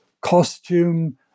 costume